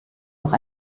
noch